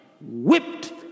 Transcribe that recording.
whipped